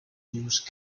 use